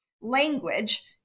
language